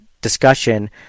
discussion